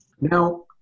Now